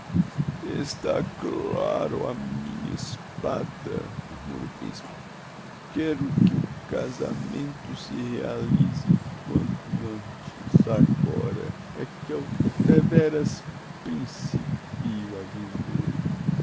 claro a minha espada murmura o principe quero que o ca casamento se realize quanto antes agora é que eu devéras prin cipío a viver